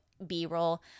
b-roll